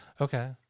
Okay